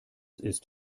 ist